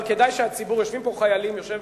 אבל כדאי שהציבור, יושבים פה חיילים, יושב